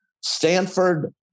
Stanford